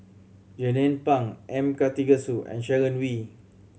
Jernnine Pang M Karthigesu and Sharon Wee